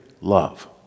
love